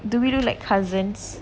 do we look like cousins